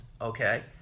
okay